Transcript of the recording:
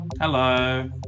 Hello